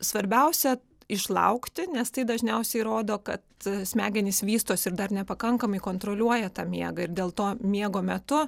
svarbiausia išlaukti nes tai dažniausiai rodo kad smegenys vystosi ir dar nepakankamai kontroliuoja tą miegą ir dėl to miego metu